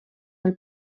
del